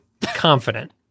confident